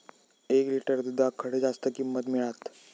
एक लिटर दूधाक खडे जास्त किंमत मिळात?